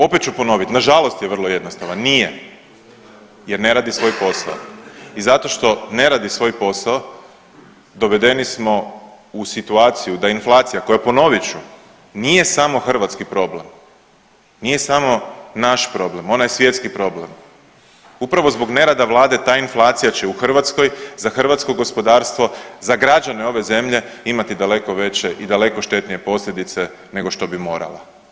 Opet ću ponoviti, nažalost je vrlo jednostavan, nije jer ne radi svoj posao i zato što ne radi svoj posao, dovedeni smo u situaciju da inflacija, koja, ponovit ću, nije samo hrvatski problem, nije samo naš problem, ona je svjetski problem upravo zbog nerada Vlade ta inflacija će u Hrvatskoj za hrvatsko gospodarstvo, za građane ove zemlje imati daleko veće i daleko štetnije nego što bi morala.